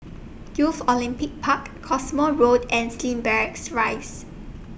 Youth Olympic Park Cottesmore Road and Slim Barracks Rise